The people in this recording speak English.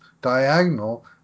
diagonal